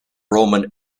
roman